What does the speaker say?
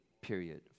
period